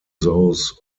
those